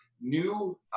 new